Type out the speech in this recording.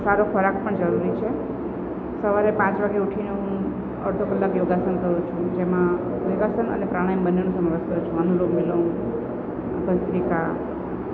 સારો ખોરાક પણ જરૂરી છે સવારે પાંચ વાગે ઊઠીને હું અડધો કલાક યોગાસન કરું છું જેમાં યોગાસન અને પ્રાણાયામ બંનેનો સમાવેશ કરું છું અનુલોમ વિલોમ ભસ્રિકા